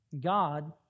God